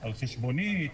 על חשבונית,